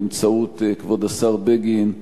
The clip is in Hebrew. באמצעות כבוד השר בגין,